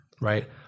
right